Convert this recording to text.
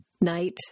night